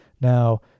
now